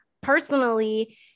personally